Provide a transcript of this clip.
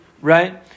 right